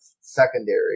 secondary